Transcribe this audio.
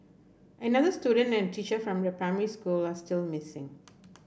another student and a teacher from the primary school are still missing